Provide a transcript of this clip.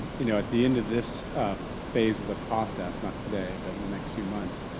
you know at the end of this phase of the process, not today but and the next few months,